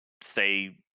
say